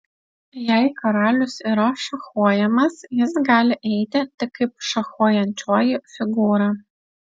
jei karalius yra šachuojamas jis gali eiti tik kaip šachuojančioji figūra